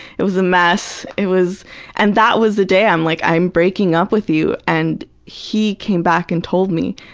it was a mess. and it was and that was the day i'm like, i'm breaking up with you, and he came back and told me,